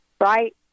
right